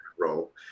role